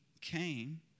came